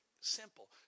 Simple